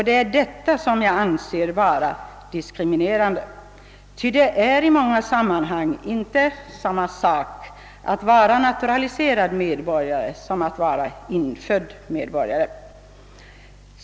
Det är detta som jag anser vara djupt diskriminerande, ty det är i många sammanhang inte samma sak att vara naturaliserad medborgare som att vara infödd medborgare.